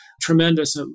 tremendous